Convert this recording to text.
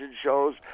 shows